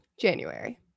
January